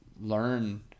learn